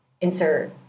insert